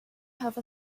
have